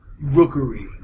rookery